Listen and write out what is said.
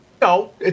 No